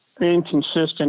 inconsistent